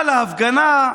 אבל ההפגנה,